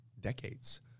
decades